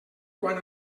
quant